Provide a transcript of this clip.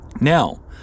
Now